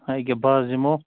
اَکے بہٕ حظ یِمو